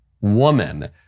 woman